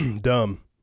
Dumb